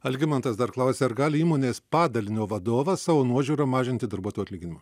algimantas dar klausė ar gali įmonės padalinio vadovas savo nuožiūra mažinti darbuotojų atlyginimą